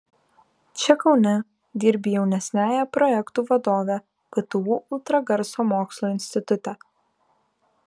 čia kaune dirbi jaunesniąja projektų vadove ktu ultragarso mokslo institute